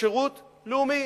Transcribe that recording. שירות לאומי